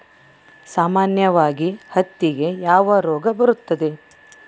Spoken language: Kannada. ಸಾಮಾನ್ಯವಾಗಿ ಹತ್ತಿಗೆ ಯಾವ ರೋಗ ಬರುತ್ತದೆ?